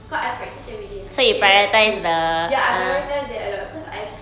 because I practise every day I stay back at school ya I prioritise that uh because I